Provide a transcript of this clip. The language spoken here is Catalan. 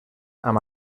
amb